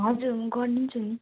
हजुर गरिदिन्छु नि